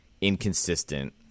inconsistent